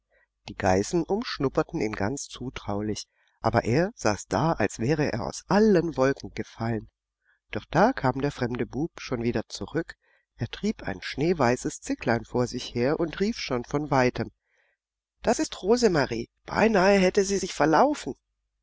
die geißen umschnupperten ihn ganz zutraulich er aber saß da als wäre er aus allen wolken gefallen doch da kam der fremde bub schon wieder zurück er trieb ein schneeweißes zicklein vor sich her und rief schon von weitem das ist rosemarie beinahe hätte sie sich verlaufen